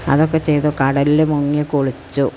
അതൊക്കെ ചെയ്തു കടലില് മുങ്ങിക്കുളിച്ചു